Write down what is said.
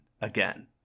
again